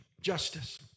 justice